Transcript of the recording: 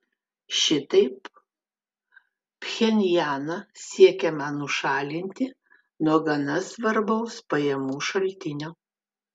šitaip pchenjaną siekiama nušalinti nuo gana svarbaus pajamų šaltinio